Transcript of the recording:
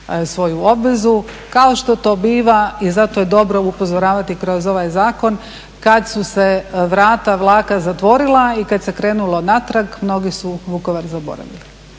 svoju obvezu kao što to biva. I zato je dobro upozoravati kroz ovaj zakon, kada su se vrata vlaka zatvorila i kada su krenuli natrag mnogi su Vukovar zaboravili